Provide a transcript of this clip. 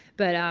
but, um